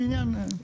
סתם.